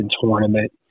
tournament